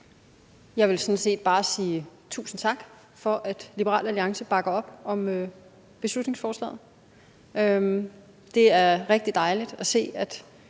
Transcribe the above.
Jeg vil sådan set bare sige tusind tak for, at Liberal Alliance bakker op om beslutningsforslaget. Det er rigtig dejligt at se, at